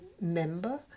member